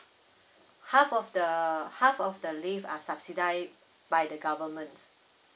half of the half of the leave are subsidised by the government